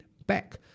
back